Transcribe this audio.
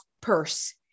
purse